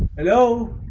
no